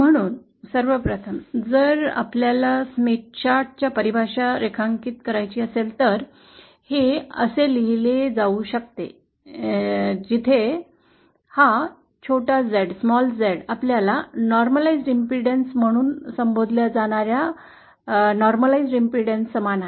म्हणून सर्वप्रथम जर आपल्याला स्मिथ चार्टच्या परिभाषा रेखांकित करायची असेल तर हे असे लिहिले जाऊ शकते जिथे हा छोटा Z आपल्याला normalised impedance म्हणून संबोधल्या जाणार्या सामान्यीकृत normalised impedance समान आहे